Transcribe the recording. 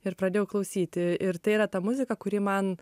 ir pradėjau klausyti ir tai yra ta muzika kuri man